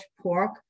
pork